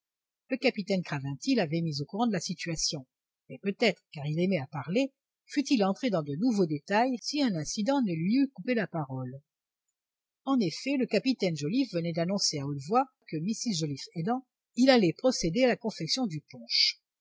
le capitaine craventy l'avait mise au courant de la situation mais peut-être car il aimait à parler fût-il entré dans de nouveaux détails si un incident ne lui eût coupé la parole en effet le caporal joliffe venait d'annoncer à haute voix que mrs joliffe aidant il allait procéder à la confection du punch